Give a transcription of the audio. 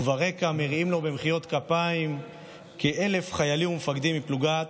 וברקע מריעים לו במחיאות כפיים כ-1,000 חיילים ומפקדים מפלוגת